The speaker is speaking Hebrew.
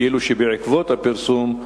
כאילו שבעקבות הפרסום,